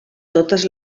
totes